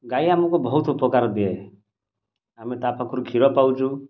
ଗାଈ ଆମକୁ ବହୁତ ଉପକାର ଦିଏ ଆମେ ତା ପାଖରୁ କ୍ଷୀର ପାଉଛୁ